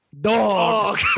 Dog